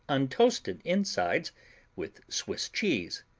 untoasted insides with swiss cheese,